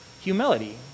humility